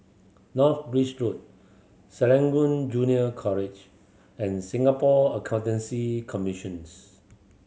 North Bridge Road Serangoon Junior College and Singapore Accountancy Commissions